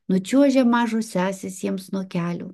nučiuožia mažos sesės jiems nuo kelių